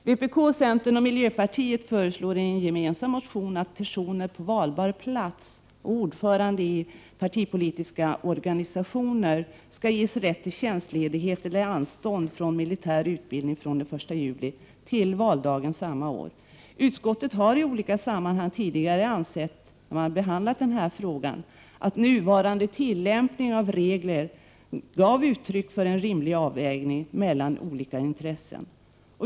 Vpk, centern och miljöpartiet föreslår i en gemensam motion att personer på valbar plats och ordförande i partipolitiska organisationer skall ges rätt till tjänstledighet/anstånd från militär utbildning fr.o.m. den 1 juli till valdagen samma år. Utskottet har i olika sammanhang när det tidigare behandlat denna fråga ansett att nuvarande tillämpning av regler ger uttryck för en rimlig avvägning mellan olika intressen.